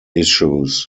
issues